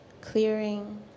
clearing